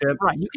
Right